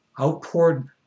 outpoured